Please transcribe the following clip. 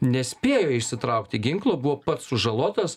nespėjo išsitraukti ginklo buvo pats sužalotas